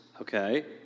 okay